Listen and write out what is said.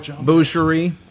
Boucherie